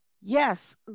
Yes